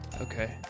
Okay